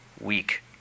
weak